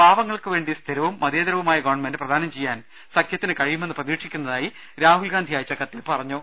പാവങ്ങൾക്കുവേണ്ടി സ്ഥിരവും മതേതരവുമായ ഗവൺമെന്റ് പ്രദാനം ചെയ്യാൻ സഖ്യത്തിന് കഴിയുമെന്ന് പ്രതീക്ഷിക്കുന്നതായി രാഹുൽഗാന്ധി അയച്ച കത്തിൽ പറഞ്ഞു